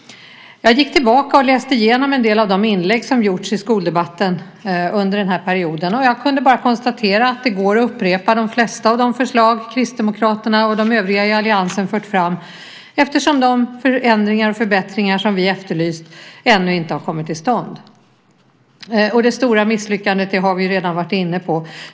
Jag gick tillbaka och läste igenom en del av de inlägg som gjorts i skoldebatten under den här perioden, och jag kunde bara konstatera att det går att upprepa de flesta av de förslag Kristdemokraterna och de övriga i alliansen fört fram eftersom de förändringar och förbättringar som vi efterlyst ännu inte har kommit till stånd. Det stora misslyckandet har vi ju redan varit inne på.